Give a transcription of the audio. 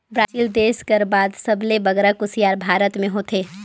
Brazil देस कर बाद सबले बगरा कुसियार भारत में होथे